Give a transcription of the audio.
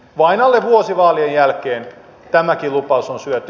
vain alle vuosi vaalien jälkeen tämäkin lupaus on syöty